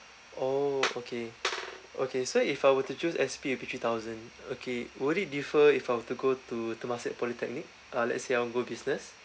oh okay okay so if I were to choose S_P it'll be three thousand okay would it differ if I were to go to temasek polytechnic ah let's say I want go business